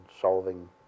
solving